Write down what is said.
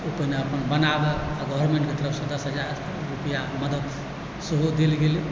तऽ ओ पहिने बनाबऽ गवर्नमेन्टके तरफसँ दस हजार रुपआ मदति सेहो देल गेलैक